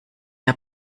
der